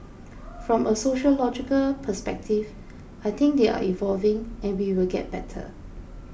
from a sociological perspective I think they are evolving and we will get better